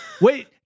Wait